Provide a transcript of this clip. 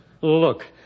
Look